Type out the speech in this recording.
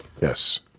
Yes